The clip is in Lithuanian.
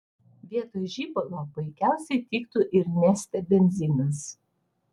vietoj žibalo puikiausiai tiktų ir neste benzinas